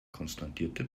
konstatierte